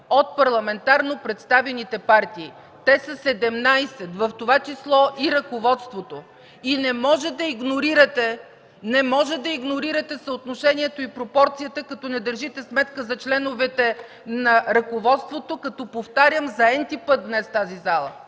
от парламентарно представените партии. Те са 17, в това число и ръководството. И не може да игнорирате съотношението и пропорцията, като не държите сметка за членовете на ръководството, като повтарям за n-ти път днес в тази зала,